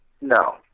No